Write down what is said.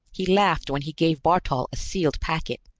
he laughed when he gave bartol a sealed packet.